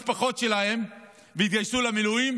אנשים עזבו את המשפחות שלהם והתגייסו למילואים,